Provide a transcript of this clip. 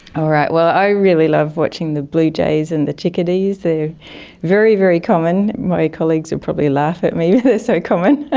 all right, well, i really love watching the blue jays and the chickadees. they are very, very common, my colleagues would probably laugh at me, they're so common,